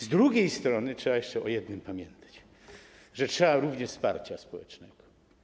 Z drugiej strony trzeba jeszcze o jednym pamiętać: że potrzebne jest również wsparcie społeczne.